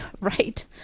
Right